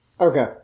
Okay